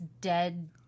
dead